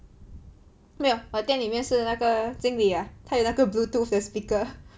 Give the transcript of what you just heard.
ya 我店里面是那个经理 ah 他有那个 bluetooth 的 speaker